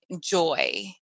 joy